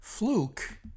Fluke